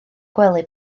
gwely